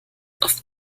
oft